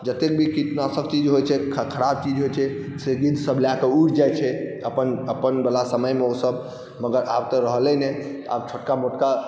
जतेक भी कीटनाशक चीज होइ छै खराब चीज होइ छै से गिद्धसब लऽ कऽ उड़ि जाइ छै अपन अपनवला समयमे ओसब मगर आब तऽ रहलै नहि आब छोटका मोटका